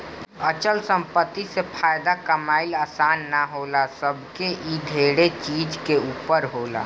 अचल संपत्ति से फायदा कमाइल आसान ना होला जबकि इ ढेरे चीज के ऊपर होला